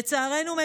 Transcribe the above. לצערנו,